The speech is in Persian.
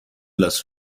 لاس